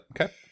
okay